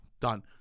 Done